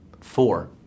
Four